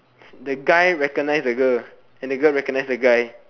the guy recognized the girl and this girl recognized the guy